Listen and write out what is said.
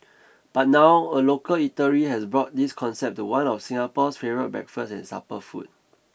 but now a local eatery has brought this concept to one of Singapore's favourite breakfast and supper food